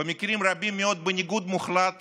ובמקרים רבים מאוד בניגוד מוחלט